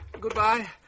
goodbye